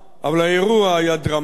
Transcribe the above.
אבל האירוע היה דרמטי.